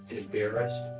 embarrassed